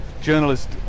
journalist